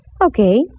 Okay